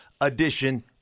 edition